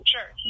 Sure